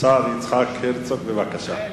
השר יצחק הרצוג, בבקשה.